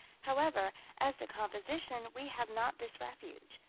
however, as to composition, we have not this refuge,